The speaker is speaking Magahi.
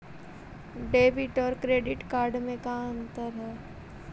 डेबिट और क्रेडिट कार्ड में का अंतर है?